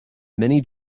many